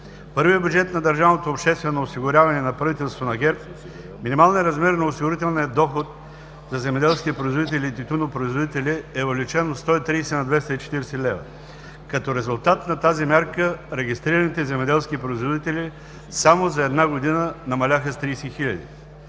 първия бюджет на държавното обществено осигуряване на правителството на ГЕРБ минималният размер на осигурителния доход на земеделските производители и тютюнопроизводители е увеличен от 130 на 240 лв. Като резултат от тази мярка регистрираните земеделски производители само за една година намаляха с 30 хиляди.